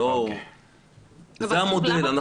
זה המודל.